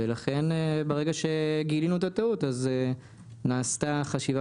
ברגע שגילינו את הטעות נעשתה חשיבה